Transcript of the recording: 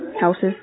Houses